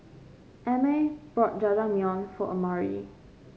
Emett bought Jajangmyeon for Amari